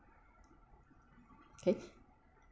okay